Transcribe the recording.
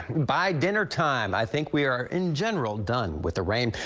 by dinnertime, i think we are are in general done with the rain.